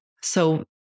so-